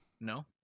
No